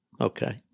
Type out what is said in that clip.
okay